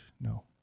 no